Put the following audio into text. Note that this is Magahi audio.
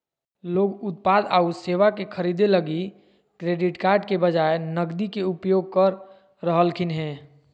लोग उत्पाद आऊ सेवा के खरीदे लगी क्रेडिट कार्ड के बजाए नकदी के उपयोग कर रहलखिन हें